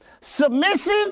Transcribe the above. submissive